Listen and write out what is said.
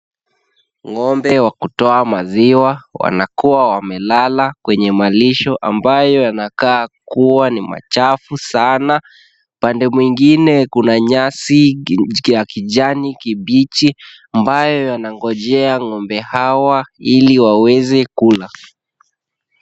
Ng'ombe wa kutoa maziwa wanakuwa wamelala kwenye malisho ambayo yanakaa kuwa ni machafu sana. Upande mwingine kuna nyasi ya kijani kibichi ambayo yanangojea ng'ombe hawa ili waweze kula.